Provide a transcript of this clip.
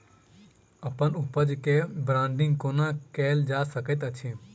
अप्पन उपज केँ ब्रांडिंग केना कैल जा सकैत अछि?